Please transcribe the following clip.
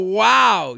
wow